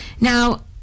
now